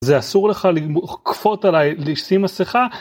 זה אסור לך לכפות עליי לשים מסיכה.